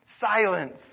Silence